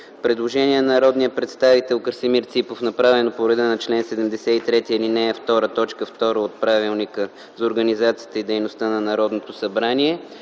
Предложение на народния представител Красимир Ципов, направено по реда на чл. 73, ал. 2, т. 2 от Правилника за организацията и дейността на Народното събрание.